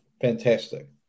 fantastic